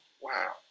Wow